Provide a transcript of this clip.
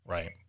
Right